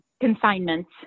consignments